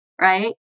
right